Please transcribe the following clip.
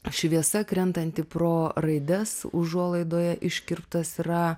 šviesa krentanti pro raides užuolaidoje iškirptas yra